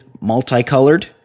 multicolored